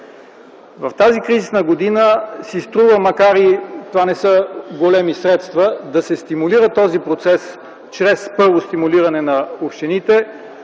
В тази кризисна година си струва, макар това да не са големи средства, да се стимулира този процес първо чрез стимулиране на общините.